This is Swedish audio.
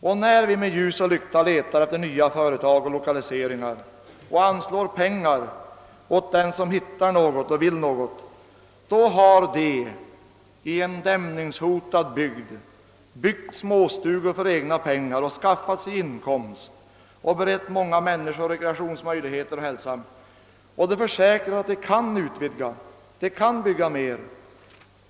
Och när vi med ljus och lykta letar efter nya företag och lokaliseringar och anslår pengar åt den som hittar något och vill något, då har de i en dämningshotad bygd byggt småstugor för egna pengar och skaffat sig inkomst och berett många människor rekreationsmöjligheter och hälsa, och de försäkrar att de kan utvidga. De kan bygga mer.